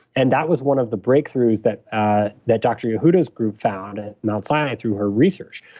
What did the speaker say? and that was one of the breakthroughs that ah that dr. yehuda's group found at mount sinai through her research.